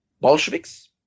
Bolsheviks